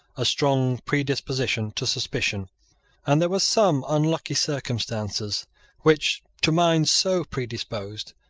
a strong predisposition to suspicion and there were some unlucky circumstances which, to minds so predisposed,